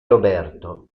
roberto